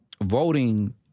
Voting